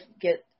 get –